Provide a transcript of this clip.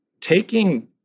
taking